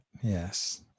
yes